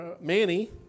Manny